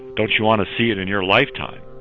don't you want to see it in your lifetime?